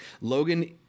Logan